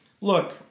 Look